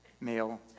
male